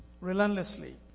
Relentlessly